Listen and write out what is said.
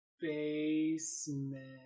Basement